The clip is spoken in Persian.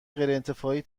غیرانتفاعی